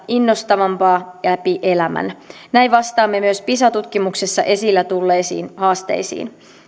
innostavampaa läpi elämän näin vastaamme myös pisa tutkimuksessa esille tulleisiin haasteisiin